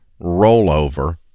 rollover